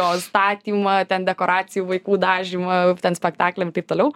jo statymą ten dekoracijų vaikų dažymą ten spektakliam taip toliau